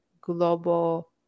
global